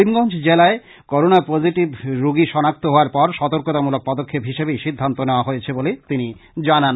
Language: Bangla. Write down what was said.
করিমগঞ্জ জেলায় করোনা পজিটিভ রোগী সনাক্ত হওয়ার পর সতর্কতামূলক পদক্ষেপ হিসেবে এই সিদ্ধান্ত নেওয়া হয়েছে বলেও তিনি জানান